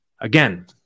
again